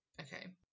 Okay